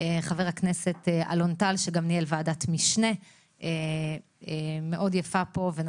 חבר הכנסת אלון טל שגם ניהל ועדת משנה יפה מאוד